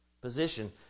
position